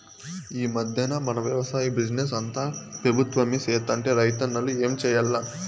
ఈ మధ్దెన మన వెవసాయ బిజినెస్ అంతా పెబుత్వమే సేత్తంటే రైతన్నలు ఏం చేయాల్ల